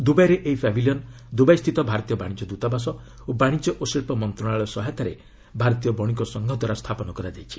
ଦୁବାଇରେ ଏହି ପ୍ୟାଭିଲିୟନ ଦୁବାଇସ୍ଥିତ ଭାରତୀୟ ବାଣିଜ୍ୟ ଦୂତାବାସ ଓ ବାଶିଜ୍ୟ ଓ ଶିଳ୍ପ ମନ୍ତ୍ରଶାଳୟ ସହାୟତାରେ ଭାରତୀୟ ବଶିକ ସଂଘ ଦ୍ୱାରା ସ୍ଥାପନ କରାଯାଇଛି